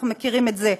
אנחנו מכירים את זה.